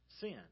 sin